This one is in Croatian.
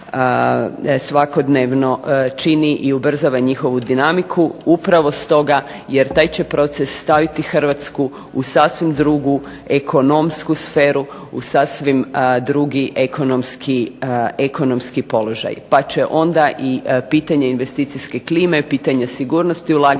svakodnevno čini i ubrzava njihovu dinamiku. Upravo stoga jer taj će proces staviti Hrvatsku u sasvim drugu ekonomsku sferu, u sasvim drugi ekonomski položaj. Pa će onda i pitanje investicijske klime, pitanje sigurnosti ulaganja,